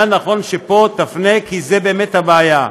היה נכון שפה תפנה, כי זו באמת הבעיה,